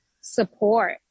support